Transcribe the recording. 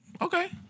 Okay